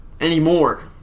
anymore